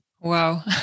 wow